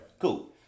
Cool